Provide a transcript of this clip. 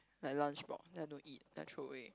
like lunch box then I don't eat then I throw away